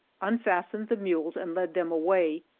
unfastened the mules and led them away,